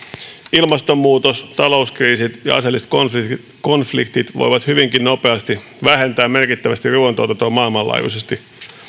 ilmastonmuutos talouskriisit ja aseelliset konfliktit voivat hyvinkin nopeasti vähentää merkittävästi ruoantuotantoa maailmanlaajuisesti